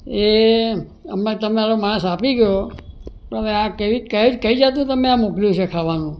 એ હમણાં તમારો માણસ આપી ગયો હવે આ કઈ કઈ કઈ જાતનું તમે આ મોકલ્યું છે ખાવાનું